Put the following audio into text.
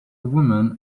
women